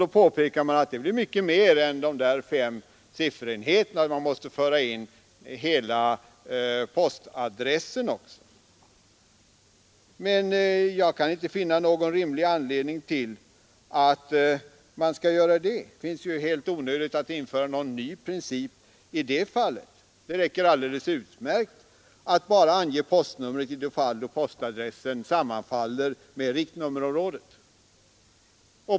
Man påpekar följaktligen att det blir fråga om mycket mer än de fem siffrorna; man måste föra in hela postadressen också. Men jag kan inte finna någon rimlig anledning till att man skall göra det. Det är helt onödigt att införa någon ny princip i det fallet. Det räcker alldeles utmärkt att bara ange postnumret i de fall där postadressen sammanfaller med riktnummerområdet.